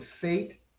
fate